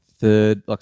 third